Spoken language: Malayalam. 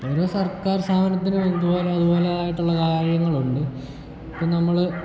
ഓരോ സർക്കാർ സ്ഥാപനത്തിനും ഇതുപോലെ ഇതുപോലെ ആയിട്ടുള്ള കാര്യങ്ങളുണ്ട് അപ്പം നമ്മൾ